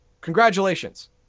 Congratulations